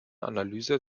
analyse